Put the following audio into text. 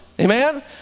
Amen